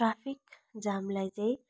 traffic जामलाई चाहिँ